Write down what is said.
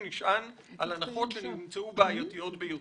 נשען על הנחות שנמצאו בעייתיות ביותר.